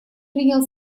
принял